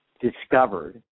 discovered